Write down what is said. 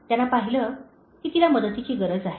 त्याने पाहिले की तिला मदतीची गरज आहे